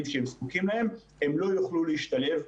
שהם זקוקים להם הם לא יוכלו להשתלב.